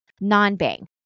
non-bang